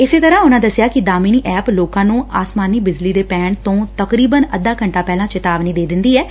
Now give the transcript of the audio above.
ਇਸੇ ਤਰਾਂ ਉਨੂਾਂ ਦਸਿਆ ਕਿ ਦਾਮਿਨੀ ਐਪ ਲੋਕਾਂ ਨੂੰ ਆਸਮਾਨੀ ਬਿਜੱਲੀ ਦੇ ਪੈਣ ਤੋਂ ਤਕਰੀਬਨ ਅੱਧਾ ਘੰਟਾ ਪਹਿਲਾਂ ਚੇਤਾਵਨੀ ਦੇ ਦਿੰਦੀ ਐਂ